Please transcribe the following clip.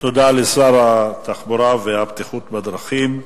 תודה לשר התחבורה והבטיחות בדרכים,